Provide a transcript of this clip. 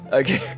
okay